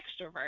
extrovert